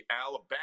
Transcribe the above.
alabama